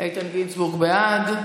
איתן גינזבורג בעד.